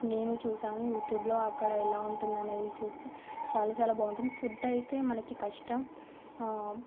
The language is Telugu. నేను చూశాను యూట్యూబ్లో అక్కడ ఎలా ఉంటుందో అనేది చూసి చాలా చాలా బాగుంటుంది ఫుడ్ అయితే మనకి కష్టం